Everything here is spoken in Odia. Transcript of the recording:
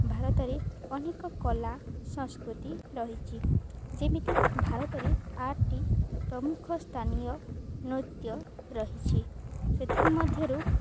ଭାରତରେ ଅନେକ କଲା ସଂସ୍କୃତି ରହିଛି ଯେମିତି ଭାରତରେ ଆର୍ଟି ପ୍ରମୁଖ ସ୍ଥାନୀୟ ନୃତ୍ୟ ରହିଛି ସେଥିମଧ୍ୟରୁ